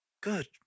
good